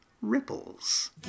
Ripples